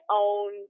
own